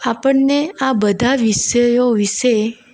આપણને આ બધા વિષયો વિષે